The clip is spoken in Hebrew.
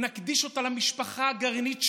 נקדיש אותה למשפחה הגרעינית שלנו,